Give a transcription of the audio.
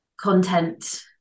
content